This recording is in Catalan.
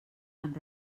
amb